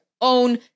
own